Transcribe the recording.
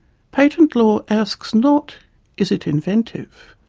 patent law asks not is it inventive?